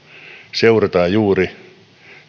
seurataan juuri